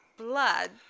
Blood